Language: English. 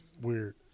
Weird